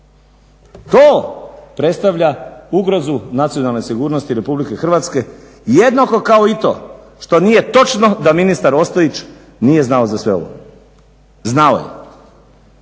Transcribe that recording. To predstavlja ugrozu nacionalne sigurnosti Republike Hrvatske jednako kao i to što nije točno da ministar Ostojić nije znao za sve ovo. Znao je.